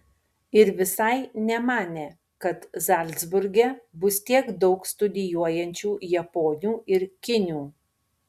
ir visai nemanė kad zalcburge bus tiek daug studijuojančių japonių ir kinių